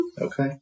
Okay